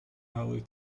early